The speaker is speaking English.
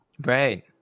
Right